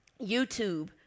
YouTube